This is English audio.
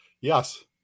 Yes